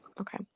okay